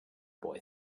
boy